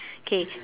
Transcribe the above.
okay